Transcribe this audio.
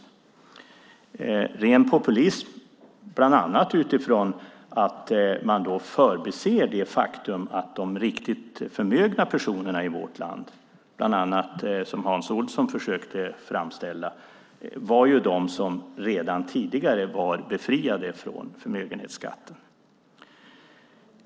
Det är ren populism, bland annat utifrån att man förbiser det faktum att de riktigt förmögna personerna i vårt land, bland annat de som Hans Olsson försökte beskriva, redan tidigare var befriade från förmögenhetsskatten.